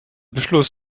beschluss